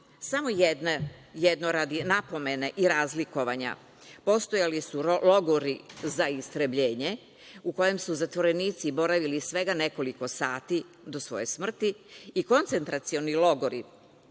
Samo jedno, radi napomene i razlikovanja, postojali su logori za istrebljenje u kojem su zatvorenici boravili svega nekoliko sati do svoje smrti i koncentracioni logori